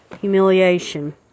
humiliation